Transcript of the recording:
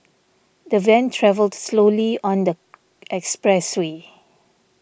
the van travelled slowly on the expressway